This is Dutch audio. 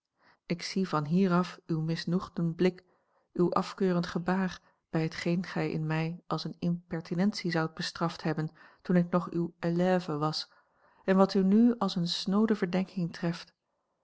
ik zie vanhier af uw misnoegden blik uw afkeurend gebaar bij hetgeen gij in mij als eene impertinentie zoudt bestraft hebben toen ik nog uwe élève was en wat u nu als eene snoode verdenking treft